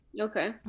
okay